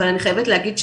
אבל אני חייבת להגיד,